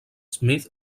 smith